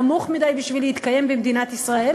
נמוך מדי בשביל להתקיים במדינת ישראל,